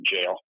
jail